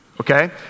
Okay